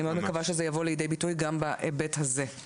אני מאוד מקווה שזה יבוא לידי ביטוי גם בהיבט הזה.